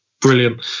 Brilliant